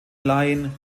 laien